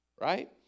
right